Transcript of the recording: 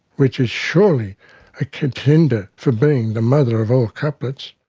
which is surely a contender for being the mother of all couplets